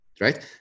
right